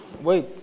Wait